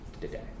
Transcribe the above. today